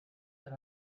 that